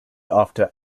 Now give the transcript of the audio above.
after